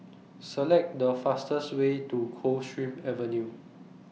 Select The fastest Way to Coldstream Avenue